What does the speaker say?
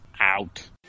out